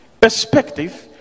perspective